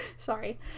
Sorry